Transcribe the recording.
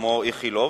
כמו "איכילוב",